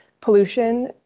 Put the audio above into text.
pollution